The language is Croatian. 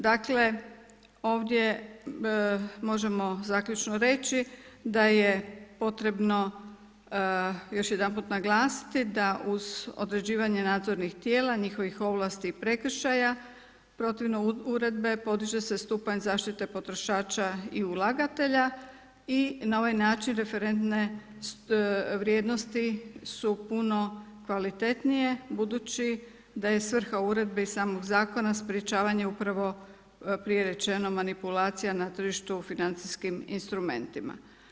Dakle, ovdje možemo zaključno reći, da je potrebno još jedanput naglasiti, da uz određivanje nadzornih tijela, njihovih ovlasti i prekršaja, protivno uredbe, podiže se stupanj zaštite potrošača i ulagatelja i na ovaj način referentne vrijednosti su puno kvalitetnije, budući da je svrha uredbe i samog zakona sprječavanje upravo prije rečeno manipulacija na tržištu financijskim instrumentima.